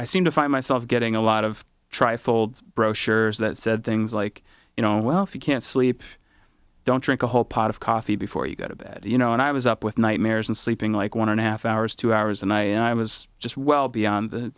i seem to find myself getting a lot of trifold brochures that said things like you know well if you can't sleep don't drink a whole pot of coffee before you go to bed you know and i was up with nightmares and sleeping like one and a half hours two hours and i and i was just well beyond the